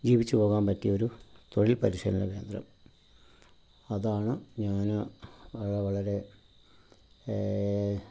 ജീവിച്ച് പോകാൻ പറ്റിയൊരു തൊഴിൽ പരിശീലന കേന്ദ്രം അതാണ് ഞാൻ വളരെ വളരെ